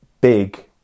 big